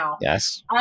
Yes